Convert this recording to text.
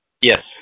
Yes